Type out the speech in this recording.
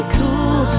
cool